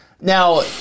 Now